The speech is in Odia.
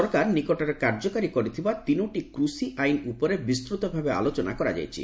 ସରକାର ନିକଟରେ କାର୍ଯ୍ୟକାରୀ କରିଥିବା ତିନୋଟି କୃଷି ଆଇନ୍ ଉପରେ ବିସ୍ତୃତ ଭାବେ ଆଲୋଚନା କରାଯାଇଛି